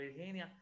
Virginia